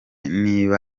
niba